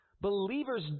Believers